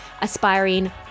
aspiring